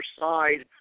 side